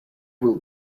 will